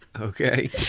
okay